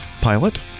pilot